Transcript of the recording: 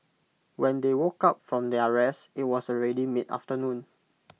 when they woke up from their rest IT was already mid afternoon